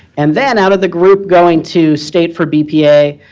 and then, out of the group going to state for bpa,